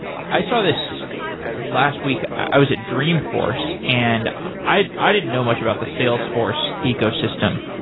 i saw this last week, i was at dreamorce, and i i didn't know much about the salesforce ecosystem.